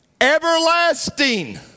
everlasting